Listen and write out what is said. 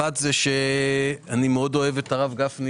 אחת היא שאני אוהב מאוד את הרב גפני